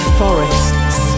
forests